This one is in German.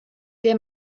der